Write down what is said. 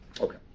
Okay